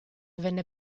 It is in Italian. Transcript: venne